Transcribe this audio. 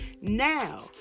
Now